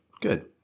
good